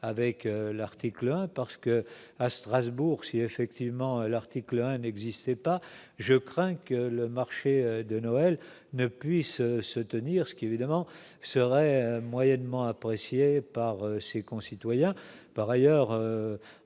avec l'article 1 parce que, à Strasbourg, si effectivement l'article 1 n'existait pas, je crains que le marché de Noël ne puisse se tenir, ce qui évidemment serait moyennement apprécié par ses concitoyens par ailleurs